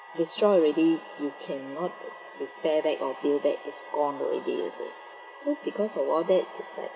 destroy already you cannot repair back or build back it's gone already you see so because of all that is that